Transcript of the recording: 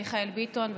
מיכאל ביטון,